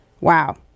Wow